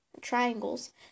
triangles